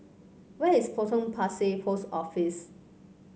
where is Potong Pasir Post Office